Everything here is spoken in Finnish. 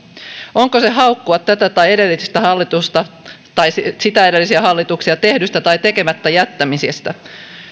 onko se haukkua tätä tai edellistä hallitusta tai sitä sitä edellisiä hallituksia tehdystä tai tekemättä jättämisestä